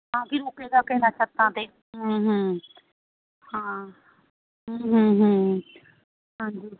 ਤਾਂ ਕਿ ਰੁਕੇ ਰਾਕੇ ਨਾ ਛੱਤਾਂ 'ਤੇ ਹੁੰ ਹੁੰ ਹਾਂ ਹੁੰ ਹੁੰ ਹਾਂਜੀ